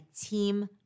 team